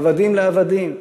עבדים לעבדים.